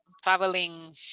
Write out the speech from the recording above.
traveling